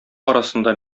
арасында